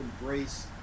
embrace